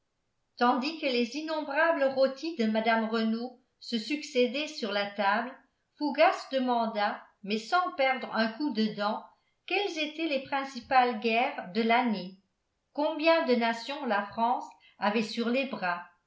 tandis que les innombrables rôtis de mme renault se succédaient sur la table fougas demanda mais sans perdre un coup de dent quelles étaient les principales guerres de l'année combien de nations la france avait sur les bras